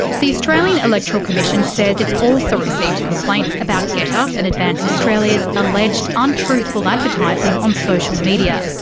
the australian electoral commission says it's also received complaints about getup and advance australia's alleged untruthful advertising on social media.